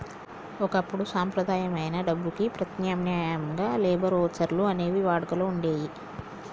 ఒకప్పుడు సంప్రదాయమైన డబ్బుకి ప్రత్యామ్నాయంగా లేబర్ వోచర్లు అనేవి వాడుకలో వుండేయ్యి